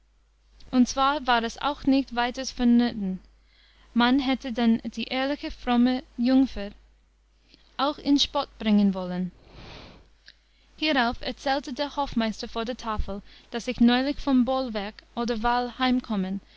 und zwar war es auch nicht weiters vonnöten man hätte dann die ehrliche fromme jungfer scil auch in spott bringen wollen hierauf erzählte der hofmeister vor der tafel daß ich neulich vom bollwerk oder